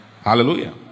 Hallelujah